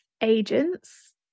agents